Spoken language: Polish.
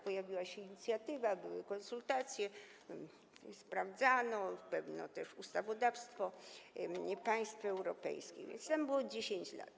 Pojawiła się inicjatywa, były konsultacje, sprawdzano ustawodawstwo państw europejskich, więc to było 10 lat.